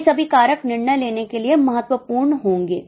ये सभी कारक निर्णय लेने के लिए महत्वपूर्ण होंगे